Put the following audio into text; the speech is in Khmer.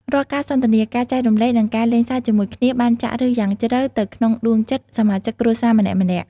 រាល់ការសន្ទនា ការចែករំលែក និងការលេងសើចជាមួយគ្នា បានចាក់ឬសយ៉ាងជ្រៅទៅក្នុងដួងចិត្តសមាជិកគ្រួសារម្នាក់ៗ។